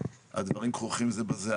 הדברים כרוכים זה בזה.